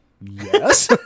yes